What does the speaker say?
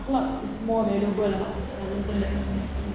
akhlak is more valuable lah than intellect